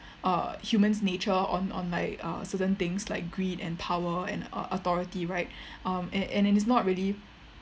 err humans nature on on like uh certain things like greed and power and au~ authority right um and and is not really